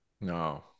No